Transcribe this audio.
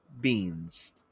beans